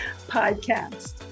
podcast